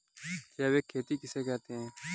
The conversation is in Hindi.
जैविक खेती किसे कहते हैं?